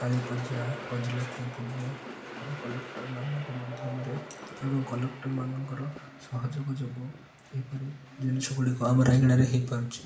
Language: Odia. କାଳୀ ପୂଜା ଗଜଲକ୍ଷ୍ମୀ ପୂଜା ଆମ କଲେକ୍ଟରମାନଙ୍କ ମାଧ୍ୟମରେ ଆମ କଲେକ୍ଟରମାନଙ୍କର ସହଯୋଗ ଯୋଗୁଁ ଏହିପରି ଜିନିଷ ଗୁଡ଼ିକ ଆମ ରାୟଗଡ଼ାରେ ହେଇପାରୁଛି